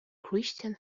christian